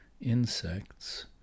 insects